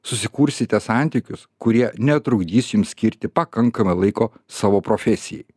susikursite santykius kurie netrukdys jums skirti pakankamai laiko savo profesijai